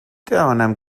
توانم